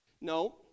No